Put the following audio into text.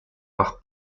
par